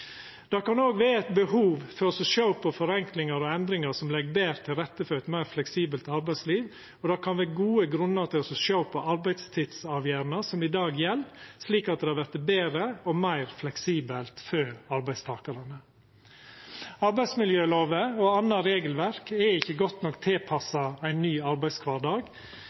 endringar som legg betre til rette for eit meir fleksibelt arbeidsliv, og det kan vera gode grunnar til å sjå på arbeidstidsavgjerdene som i dag gjeld, slik at det vert betre og meir fleksibelt for arbeidstakarane. Arbeidsmiljølova og anna regelverk er ikkje godt nok tilpassa ein ny arbeidskvardag